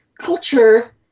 culture